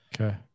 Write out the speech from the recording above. okay